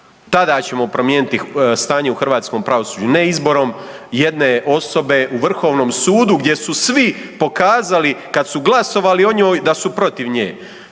Tada ćemo promijeniti stanje u hrvatskom pravosuđu, ne izborom jedne osobe u vrhovnom sudu gdje su svi pokazali kad su glasovali o njoj da su protiv nje.